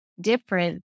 different